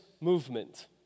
movement